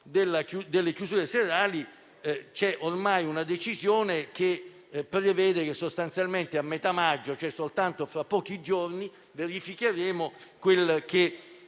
alle chiusure serali c'è ormai una decisione che prevede che sostanzialmente a metà maggio - quindi fra pochi giorni - verificheremo quello che